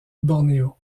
bornéo